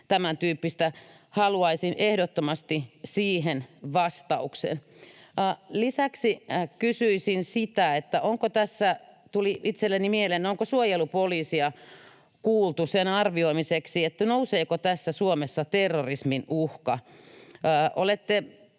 tämäntyyppistä? Haluaisin ehdottomasti siihen vastauksen. Lisäksi kysyisin sitä, onko tässä — tuli itselleni mieleen — suojelupoliisia kuultu sen arvioimiseksi, nouseeko tässä Suomessa terrorismin uhka. Olette,